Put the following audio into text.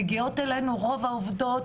מגיעות אלינו רוב העובדות,